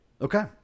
Okay